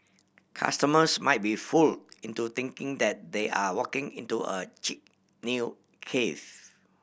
customers might be fool into thinking that they are walking into a chic new cafe